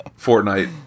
Fortnite